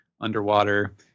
underwater